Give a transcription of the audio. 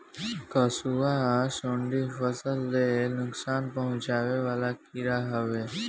कंसुआ, सुंडी फसल ले नुकसान पहुचावे वाला कीड़ा हवे